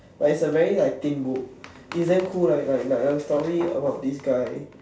but it's a very like thin book it's damn cool like like like it's a story about this guy